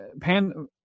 pan